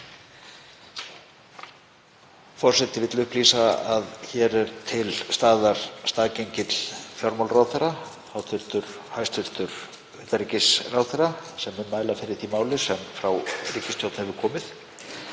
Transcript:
Forseti vill upplýsa að hér er til staðar staðgengill fjármálaráðherra, hæstv. utanríkisráðherra, sem mun mæla fyrir því máli sem frá ríkisstjórn hefur komið.